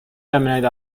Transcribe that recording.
laminate